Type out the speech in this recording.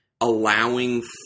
allowing